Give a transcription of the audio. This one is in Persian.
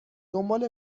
دنبال